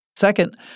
Second